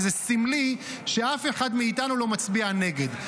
וזה סמלי שאף אחד מאיתנו לא מצביע נגד.